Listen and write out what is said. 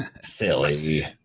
Silly